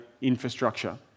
infrastructure